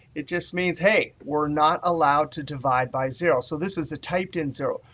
it just means, hey, we're not allowed to divide by zero. so this is a typed-in zero.